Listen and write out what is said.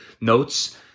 notes